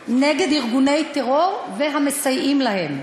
נגד ארגוני טרור והמסייעים להם.